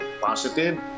positive